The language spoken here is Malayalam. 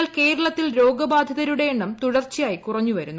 എന്നാൽ കേരളത്തിൽ രോഗബാധിതരുടെ ് എണ്ണം തുടർച്ചയായി കുറഞ്ഞു വരുന്നു